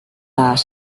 大厦